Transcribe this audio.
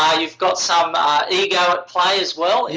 um you've got some ego at play as well.